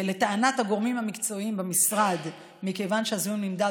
לטענת הגורמים המקצועיים במשרד מכיוון שהזיהום נמדד